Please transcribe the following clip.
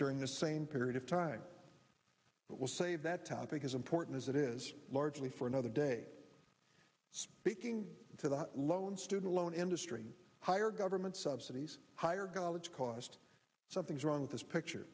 during the same period of time but will say that topic is important as it is largely for another day speaking to the lone student loan industry higher government subsidies higher cost something's wrong with this picture